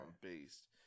based